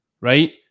right